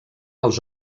els